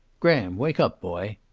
graham! wake up, boy.